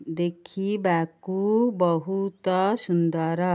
ଦେଖିବାକୁ ବହୁତ ସୁନ୍ଦର